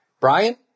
Brian